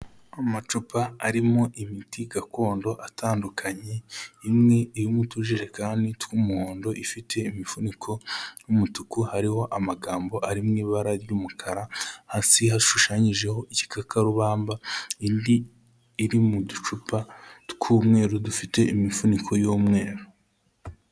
Amacupa arimo imiti gakondo atandukanye, imwe iri mu tujerekani tw'umuhondo ifite imifuniko y'umutuku hariho amagambo ari mu ibara ry'umukara, hasi hashushanyijeho igikakarubamba, indi iri mu ducupa tw'umweru dufite imifuniko y'umweru.